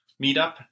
meetup